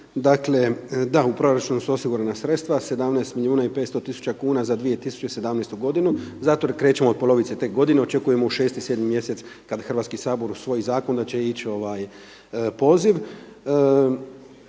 Dakle, da u proračunu su osigurana sredstva 17 milijuna i 500 tisuća kuna za 2017. godinu zato jer krećemo tek od polovice te godine. Očekujemo 6, 7 mjeseci kad Hrvatski sabor usvoji zakon da će ići poziv